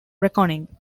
reckoning